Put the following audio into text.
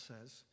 says